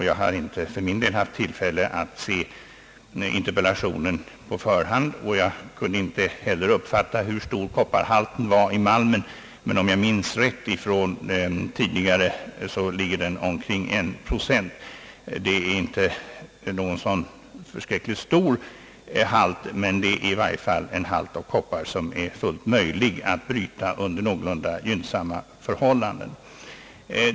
Jag har inte haft tillfälle att ta del av interpellationen på förhand, och jag kunde inte heller uppfatta hur stor kopparhalten var i malmen, men om jag minns rätt ligger den på omkring en procent. Det är inte någon särskilt hög kopparhalt, men det är dock en halt som innebär att det är fullt möjligt att bryta malmen under någorlunda gynnsamma förhållanden.